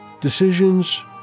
Decisions